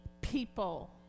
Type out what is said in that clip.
people